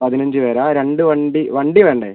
പതിനഞ്ച് പേരാണോ രണ്ട് വണ്ടി വണ്ടി വേണ്ടേ